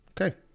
Okay